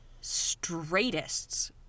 straightest